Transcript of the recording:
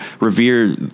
revere